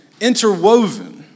interwoven